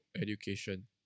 education